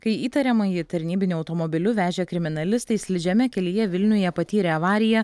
kai įtariamąjį tarnybiniu automobiliu vežė kriminalistai slidžiame kelyje vilniuje patyrė avariją